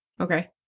Okay